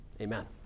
amen